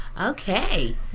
Okay